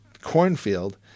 cornfield